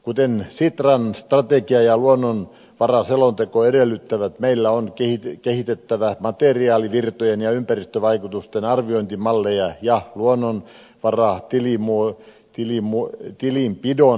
kuten sitran strategia ja luonnonvaraselonteko edellyttävät meillä on kehitettävä materiaalivirtojen ja ympäristövaikutusten arviointimalleja ja luonnonvaratilinpidon menetelmiä